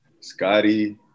Scotty